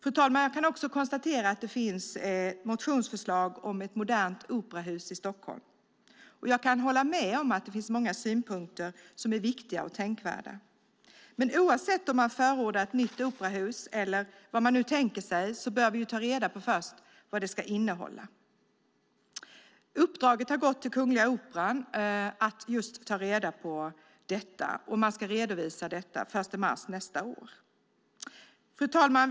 Fru talman! Jag kan också konstatera att det finns ett motionsförslag om ett modernt operahus i Stockholm. Jag kan hålla med om att det finns många synpunkter som är viktiga och tänkvärda. Men oavsett om man förordar ett nytt operahus eller vad man nu tänker sig bör man ta reda på vad det ska innehålla. Uppdraget att ta reda på detta har gått till Kungliga Operan, och man ska redovisa detta den 1 mars nästa år. Fru talman!